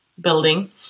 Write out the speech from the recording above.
building